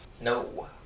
No